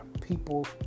people